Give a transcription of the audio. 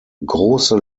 große